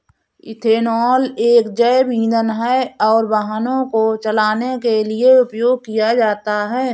ethanol एक जैव ईंधन है और वाहनों को चलाने के लिए उपयोग किया जाता है